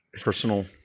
personal